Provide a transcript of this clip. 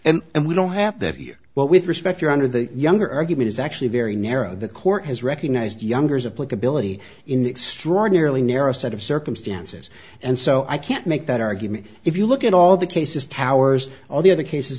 unit and we don't have that here but with respect your honor the younger argument is actually very narrow the court has recognized youngers a plug ability in the extraordinarily narrow set of circumstances and so i can't make that argument if you look at all the cases powers all the other cases